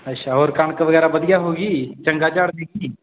ਅੱਛਾ ਹੋਰ ਕਣਕ ਵਗੈਰਾ ਵਧੀਆ ਹੋ ਗਈ ਚੰਗਾ ਝਾੜ ਦੇ ਗਈ